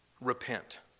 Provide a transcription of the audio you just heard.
Repent